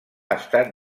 estat